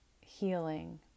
healing